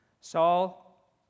Saul